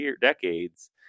decades